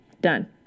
Done